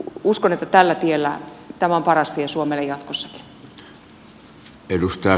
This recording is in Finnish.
uskon että tämä on paras tie suomelle jatkossakin